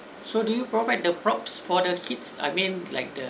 so do you provide the props for the kids I mean like the~